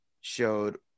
showed